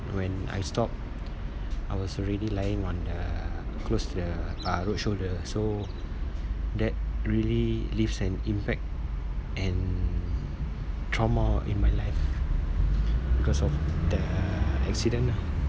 when I stopped I was already lying on the close to the uh road shoulder so that really leaves an impact and trauma in my life because of the accident lah